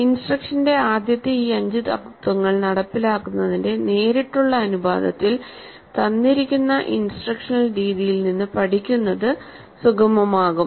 ഇൻസ്ട്രക്ഷന്റെ ആദ്യത്തെ ഈ അഞ്ച് തത്ത്വങ്ങൾ നടപ്പിലാക്കുന്നതിന്റെ നേരിട്ടുള്ള അനുപാതത്തിൽ തന്നിരിക്കുന്ന ഇൻസ്ട്രക്ഷണൽ രീതിയിൽ നിന്ന് പഠിക്കുന്നത് സുഗമമാകും